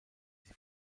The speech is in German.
sie